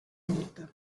rotta